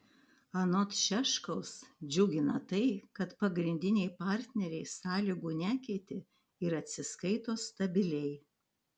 anot šiaškaus džiugina tai kad pagrindiniai partneriai sąlygų nekeitė ir atsiskaito stabiliai